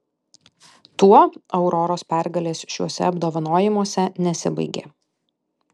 tuo auroros pergalės šiuose apdovanojimuose nesibaigė